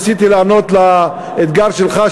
ניסיתי לענות לאתגר שלך,